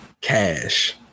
cash